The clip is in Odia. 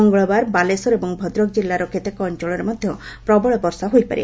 ମଙ୍ଗଳବାର ବାଲେଶ୍ୱର ଏବଂ ଭଦ୍ରକ ଜିଲ୍ଲାର କେତେକ ଅଞ୍ଚଳରେ ମଧ୍ୟ ପ୍ରବଳ ବର୍ଷା ହୋଇପାରେ